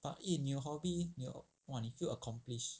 but 一你有 hobby !wah! 你 feel accomplish